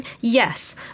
Yes